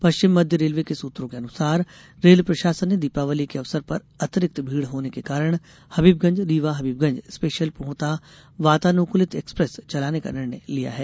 पश्चिम मध्य रेलवे के सूत्रों के अनुसार रेल प्रशासन ने दीपावली के अवसर पर अतिरिक्त भीड़ होने के कारण हबीबगंज रीवा हबीबगंज स्पेशल पूर्णतः वातानुकूलित एक्सप्रेस चलाने का निर्णय लिया गया है